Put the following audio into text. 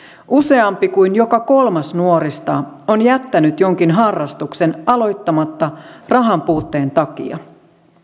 useampi kuin joka kolmas nuorista on jättänyt jonkin harrastuksen aloittamatta rahanpuutteen takia